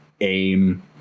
aim